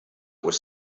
was